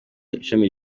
ishami